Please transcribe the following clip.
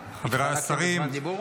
התחלקתם בזמן דיבור?